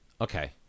Okay